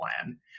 plan